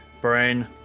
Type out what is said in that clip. brain